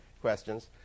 questions